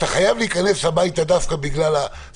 אתה חייב להיכנס הביתה, תחת